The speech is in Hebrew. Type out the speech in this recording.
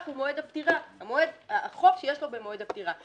הוא במועד הפטירה החוב שיש לו במועד הפטירה.